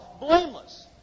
blameless